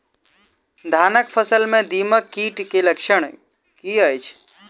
धानक फसल मे दीमक कीट केँ लक्षण की अछि?